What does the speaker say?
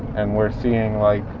and we're seeing, like,